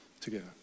together